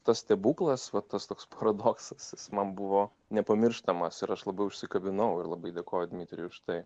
tas stebuklas vat tas toks paradoksas jis man buvo nepamirštamas ir aš labai užsikabinau ir labai dėkoju dmitrijui už tai